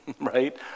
right